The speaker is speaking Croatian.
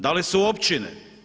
Da li su općine?